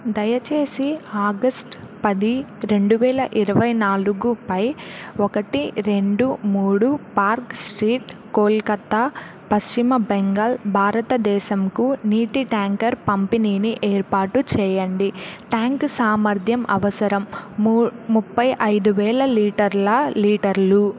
దయచేసి ఆగస్ట్ పది రెండు వేల ఇరవై నాలుగుపై ఒకటి రెండు మూడు పార్క్ స్ట్రీట్ కోల్కత్తా పశ్చిమ బెంగాల్ భారతదేశంకు నీటి ట్యాంకర్ పంపిణీని ఏర్పాటు చేయండి ట్యాంక్ సామర్థ్యం అవసరం ముప్పై ఐదు వేల లీటర్ల లీటర్లు